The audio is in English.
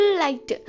light